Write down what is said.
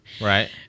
Right